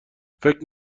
فکر